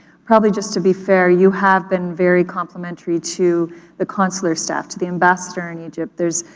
probably just to be fair you have been very complimentary to the consular staff, to the ambassador in egypt, there's.